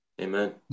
Amen